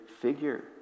figure